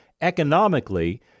economically